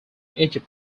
egypt